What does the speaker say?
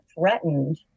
threatened